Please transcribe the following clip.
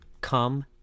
Come